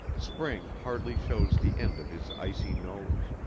spring hardly shows the end of his icy nose.